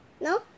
No